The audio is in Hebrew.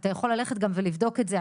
אתה יכול ללכת גם ולבדוק את זה,